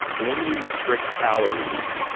when you restrict calories,